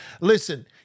Listen